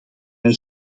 wij